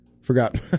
forgot